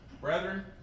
Brethren